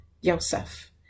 Yosef